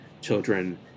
children